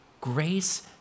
Grace